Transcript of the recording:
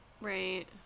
Right